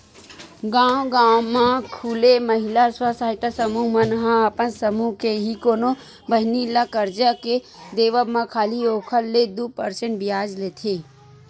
गांव गांव म खूले महिला स्व सहायता समूह मन ह अपन समूह के ही कोनो बहिनी ल करजा के देवब म खाली ओखर ले दू परसेंट बियाज लेथे